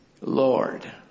Lord